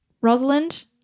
rosalind